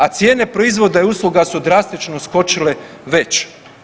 A cijene proizvoda i usluga su drastično skočile već.